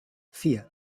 vier